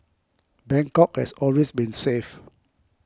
Bangkok has always been safe